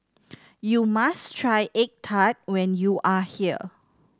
you must try egg tart when you are here